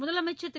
முதலமைச்சர் திரு